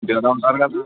ఇంటి దగ్గరే ఉంటారు కదా